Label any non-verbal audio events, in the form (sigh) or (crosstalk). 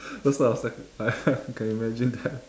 that's what I was like (laughs) I can imagine that